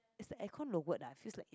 the aircon lowered ah seem like